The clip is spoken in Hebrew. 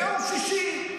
ביום שישי,